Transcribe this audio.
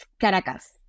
Caracas